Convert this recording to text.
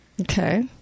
Okay